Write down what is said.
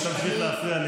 אם תמשיך להפריע,